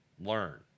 learn